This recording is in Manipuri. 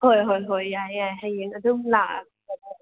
ꯍꯣꯏ ꯍꯣꯏ ꯍꯣꯏ ꯌꯥꯔꯦ ꯌꯥꯔꯦ ꯍꯌꯦꯡ ꯑꯗꯨꯝ ꯂꯥꯛꯑꯒ